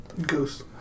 Ghost